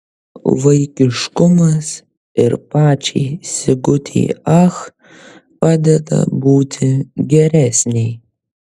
vaikiškumas ir pačiai sigutei ach padeda būti geresnei